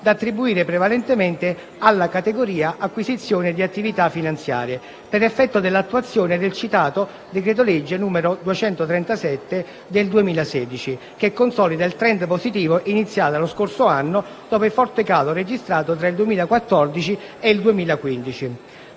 da attribuire prevalentemente alla categoria «Acquisizione di attività finanziarie», per effetto dell'attuazione del citato decreto-legge n. 237 del 2016, che consolida il *trend* positivo iniziato lo scorso anno dopo il forte calo registrato tra il 2014 e il 2015.